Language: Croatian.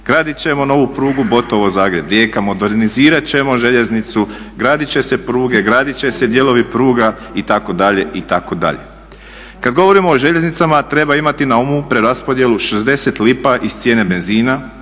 gradit ćemo novu prugu Botovo – Zagreb – Rijeka, modernizirat ćemo željeznicu, gradit će se pruge, gradit će se dijelovi pruga itd. itd. Kad govorimo o željeznicama treba imati na umu preraspodjelu 60 lipa iz cijene benzina,